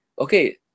okay